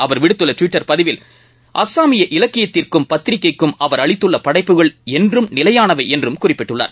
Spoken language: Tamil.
அவர் விடுத்துள்ள ட்விட்டர் பதிவில் அஸ்ஸாமிய இலக்கியத்திற்கும் பத்திரிகைக்கும் அவர் அளித்துள்ள படைப்புகள் என்றும் நிலையானவை என்றும் குறிப்பிட்டுள்ளார்